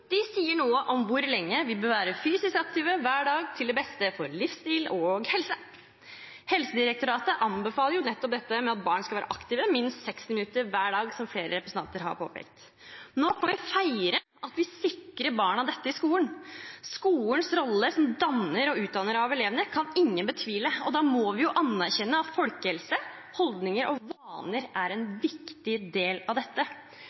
de sier noe om hvor lenge vi bør være fysisk aktive hver dag til det beste for livsstil og helse. Helsedirektoratet anbefaler nettopp at barn skal være aktive minst 60 minutter hver dag, som flere representanter har påpekt. Nå får vi feire at vi sikrer barna dette i skolen. Skolens rolle er danning og utdanning av elevene – det kan ingen betvile – og da må vi anerkjenne at folkehelse, holdninger og vaner er en viktig del av dette.